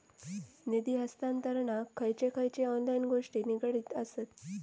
निधी हस्तांतरणाक खयचे खयचे ऑनलाइन गोष्टी निगडीत आसत?